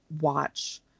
watch